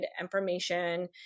information